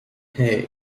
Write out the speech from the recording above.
hey